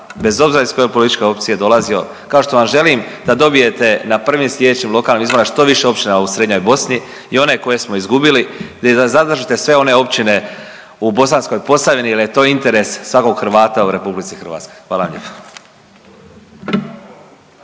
bez obzira iz koje političke opcije dolazio kao što vam želim da dobijete na prvim slijedećim lokalnim izborima što više općina u Srednjoj Bosni i one koje smo izgubili i da zadržite sve one općine u Bosanskoj Posavini jer je to interes svakog Hrvata u RH. Hvala vam lijepo.